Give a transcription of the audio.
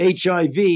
HIV